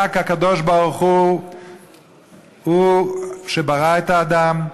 רק הקדוש-ברוך-הוא הוא שברא את האדם,